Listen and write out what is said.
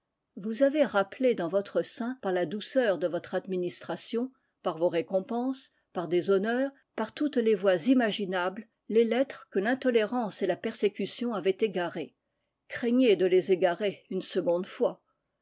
vous avez rappelé dans votre sein par la douceur de votre administration par vos récompenses par des honneurs par toutes les voies imaginables les lettres que l'intolérance et la persécution avaient égarées craignez de les égarer une seconde fois